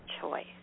choice